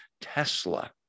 Tesla